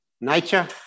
nature